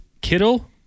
Kittle